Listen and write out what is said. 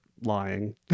lying